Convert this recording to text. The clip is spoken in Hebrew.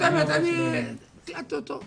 אמרתי לו,